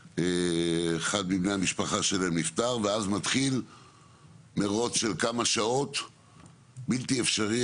כשאחד מבני המשפחה שלהם נפטר ואז מתחיל מרוץ של כמה שעות בלתי אפשרי,